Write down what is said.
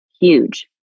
huge